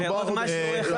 ועוד משהו אחד.